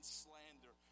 slander